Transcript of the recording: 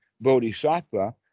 bodhisattva